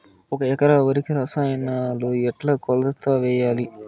ఒక ఎకరా వరికి రసాయనాలు ఎట్లా కొలత వేయాలి?